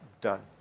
done